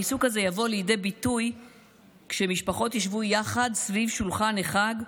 הריסוק הזה יבוא לידי ביטוי כשמשפחות ישבו יחד סביב שולחן החג,